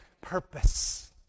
purpose